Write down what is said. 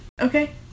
Okay